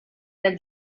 del